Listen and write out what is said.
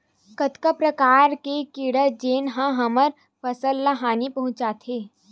कतका प्रकार के कीड़ा जेन ह हमर फसल ल हानि पहुंचाथे?